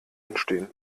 entstehen